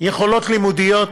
יכולות לימודיות,